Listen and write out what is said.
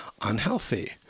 unhealthy